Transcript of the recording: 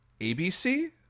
abc